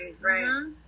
right